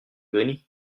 grigny